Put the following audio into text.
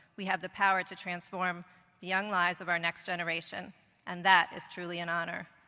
we have the power to transform the young lives of our next generation and that is truly an honor.